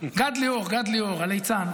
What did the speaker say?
גד ליאור, גד ליאור, הליצן.